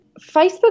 Facebook